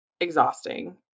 exhausting